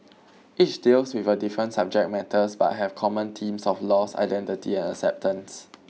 each deals with a different subject matters but have common themes of loss identity and acceptance